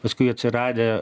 paskui atsiradę